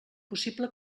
possible